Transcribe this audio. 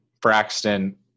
Braxton